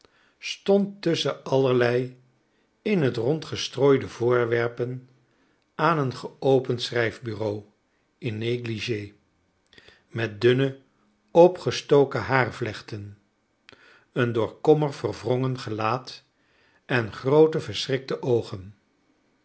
stond tusschen allerlei in t rond gestrooide voorwerpen aan een geopend schrijfbureau in négligé met dunne opgestoken haarvlechten een door kommer verwrongen gelaat en groote verschrikte oogen